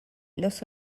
los